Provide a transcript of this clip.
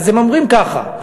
אז הם אומרים ככה: